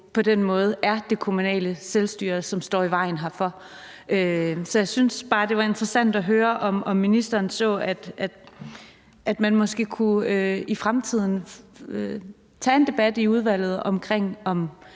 på den måde er det kommunale selvstyre, som står i vejen herfor. Så jeg synes bare, det var interessant at høre, om ministeren så, at man måske i fremtiden kunne tage en debat i udvalget om, om